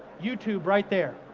youtube right there.